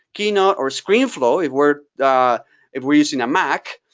keynote or screenflow if we're if we're using a mac.